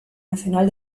nacional